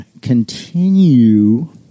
continue